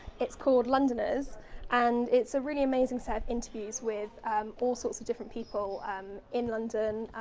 it's called londoners and its a really amazing set of interviews with all sorts of different people in london.